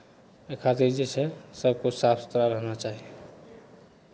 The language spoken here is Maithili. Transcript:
एहि खातिर जे छै सभकिछु साफ सुथरा रहना चाही